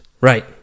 Right